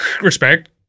Respect